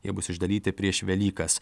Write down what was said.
jie bus išdalyti prieš velykas